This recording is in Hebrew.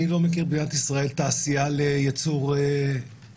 אני לא מכיר במדינת ישראל תעשייה לייצור נייר.